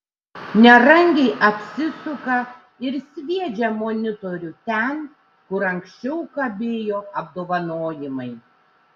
nerangiai apsisuka ir sviedžią monitorių ten kur anksčiau kabėjo apdovanojimai